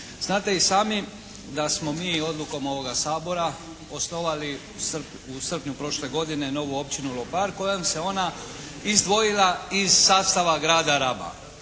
Znate i sami da smo mi odlukom ovoga Sabora osnovali u srpnju prošle godine novu općinu Lopar kojom se ona izdvojila iz sastava grada Raba.